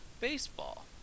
baseball